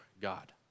God